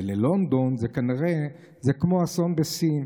וללונדון זה כנראה כמו אסון בסין.